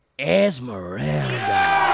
Esmeralda